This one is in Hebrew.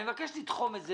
אני מבקש לתחום את זה